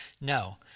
no